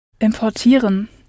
importieren